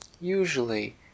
Usually